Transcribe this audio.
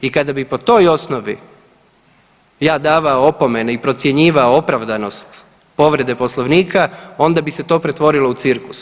I kada bi po toj osnovi ja davao opomene i procjenjivao opravdanost povrede Poslovnika onda bi se to pretvorilo u cirkus.